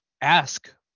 ask